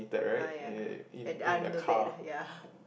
ah ya I only know that ya